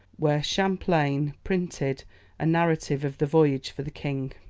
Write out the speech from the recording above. where champlain printed a narrative of the voyage for the king.